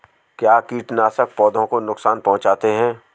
क्या कीटनाशक पौधों को नुकसान पहुँचाते हैं?